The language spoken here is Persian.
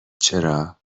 چرا